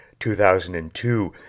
2002